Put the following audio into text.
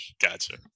Gotcha